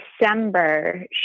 December